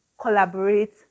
Collaborate